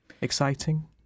Exciting